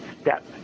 step